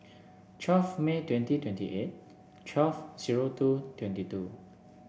twelve May twenty twenty eight twelve zero two twenty two